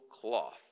cloth